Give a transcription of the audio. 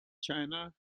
china